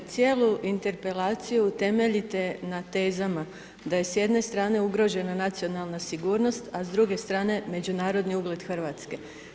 Cijelu interpelaciju temeljite na tezama da je s jedne strane ugrožena nacionalna sigurnost, a s druge strane međunarodni ugled RH.